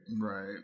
Right